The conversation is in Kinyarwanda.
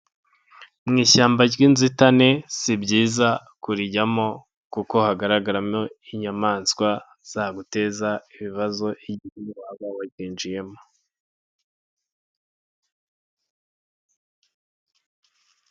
Mu ishyamba ry'inzitane, si byiza kurijyamo kuko hagaragaramo inyamaswa zaguteza ibibazo, igihe waba wa ryinjiyemo.